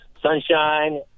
sunshine